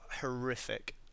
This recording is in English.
horrific